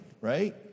right